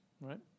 right